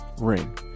ring